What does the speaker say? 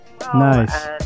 Nice